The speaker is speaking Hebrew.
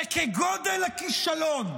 כגודל הכישלון,